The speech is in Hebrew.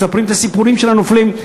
מספרות את הסיפורים של הנופלים.